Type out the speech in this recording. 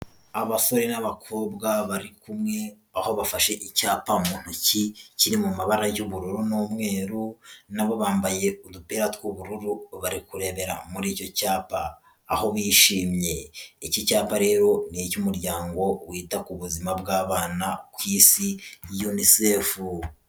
Abasore n'abakobwa bari kumwe, aho bafashe icyapa mu ntoki kiri mu mabara y'ubururu n'umweru, nabo bambaye udupira tw'ubururu bari kurebera muri icyo cyapa aho bishimye, iki cyapa rero ni icy'umuryango wita ku buzima bw'abana ku isi UNICEFU.